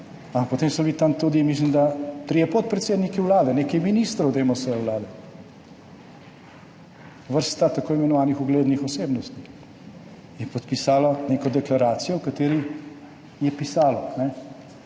Potem so bili tam tudi, mislim, da trije podpredsedniki vlade, nekaj ministrov Demosove vlade. Vrsta tako imenovanih uglednih osebnosti je podpisala neko deklaracijo, v kateri je pisalo: